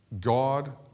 God